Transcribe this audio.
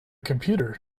computer